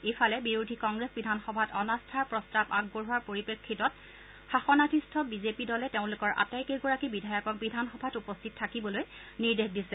ইফালে বিৰোধী কংগ্ৰেছে বিধানসভাত অনাস্থাৰ প্ৰস্তাৱ আগবঢ়োৱা পৰিপ্ৰেক্ষিতত শাসনাধিস্থ বিজেপি দলে তেওঁলোকৰ আটাইকেইগৰাকী বিধায়কক বিধানসভাত উপস্থিত থাকিবলৈ নিৰ্দেশ দিছে